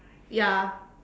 ya